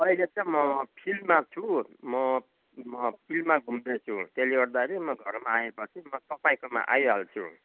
अहिले चाहिँ म फिल्डमा छु म म फिल्डमा घुम्दैछु त्यसलेगर्दाखेरि म घरमा आए पछि र तपाईँकोमा आइहाल्छु